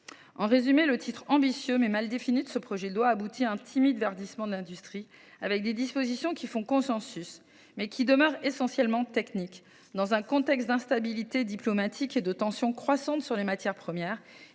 En résumé, le titre ambitieux, mais mal défini, de ce projet de loi aboutit à un timide verdissement de l’industrie, avec des dispositions qui font consensus, mais qui demeurent essentiellement techniques. Dans un contexte d’instabilité diplomatique et de tensions croissantes sur les matières premières,